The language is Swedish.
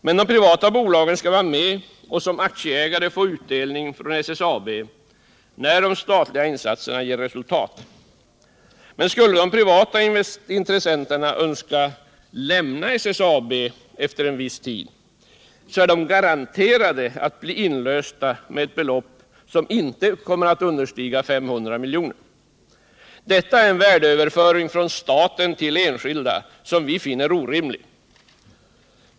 Men de privata bolagen skall vara med och som aktieägare få utdelning från SSAB, när de statliga insatserna ger resultat. Skulle de privata intressenterna önska lämna SSAB efter en viss tid, så är de garanterade att bli inlösta med ett belopp som inte kommer att understiga 500 miljoner. Detta är en värdeöverföring från staten till enskilda som vi finner orimlig.